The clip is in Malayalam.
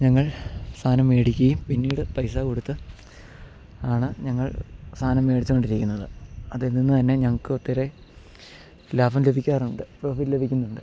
ഞങ്ങൾ സാധനം മേടിക്കുകയും പിന്നീട് പൈസ കൊടുത്ത് ആണ് ഞങ്ങൾ സാധനം മേടിച്ചു കൊണ്ടിരിക്കുന്നത് അതിൽ നിന്ന് തന്നെ ഞങ്ങൾക്ക് ഒത്തിരി ലാഭം ലഭിക്കാറുണ്ട് പ്രോഫിറ്റ് ലഭിക്കുന്നുണ്ട്